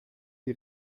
die